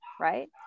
Right